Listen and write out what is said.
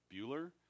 Bueller